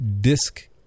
disk